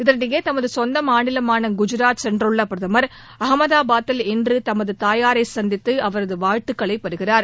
இதனிடையே தமதுசொந்தமாநிலமானகுஐராத் சென்றுள்ளபிரதமர் அஹமதாபாதில் இன்றுதமதுதாயாரைசந்தித்துஅவரதுவாழ்த்துக்களைபெறுகிறார்